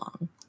long